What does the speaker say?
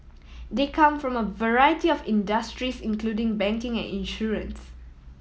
they come from a variety of industries including banking and insurance